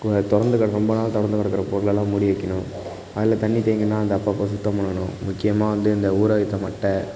கு திறந்து கடக் ரொம்ப நாள் கடக்கிற பொருளெல்லாம் மூடி வைக்கணும் அதில் தண்ணி தேங்குனால் அதை அப்பப்போ சுத்தம் பண்ணணும் முக்கியமாக வந்து இந்த ஊற வைத்த மட்டை